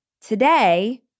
Today